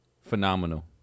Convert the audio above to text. Phenomenal